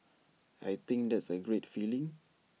I think that's A great feeling